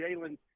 Jalen